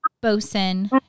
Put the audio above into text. bosun